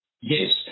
Yes